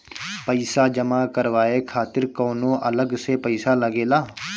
पईसा जमा करवाये खातिर कौनो अलग से पईसा लगेला?